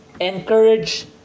encourage